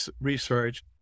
research